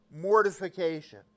mortification